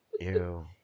Ew